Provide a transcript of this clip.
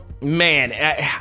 man